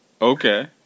Okay